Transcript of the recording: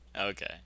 Okay